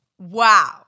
Wow